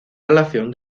relación